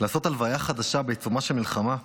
לעשות הלוויה חדשה בעיצומה של מלחמה.